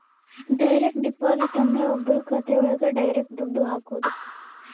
direct deposit ಅಂದ್ರ ಒಬ್ರು ಖಾತೆ ಒಳಗ ಡೈರೆಕ್ಟ್ ದುಡ್ಡು ಹಾಕೋದು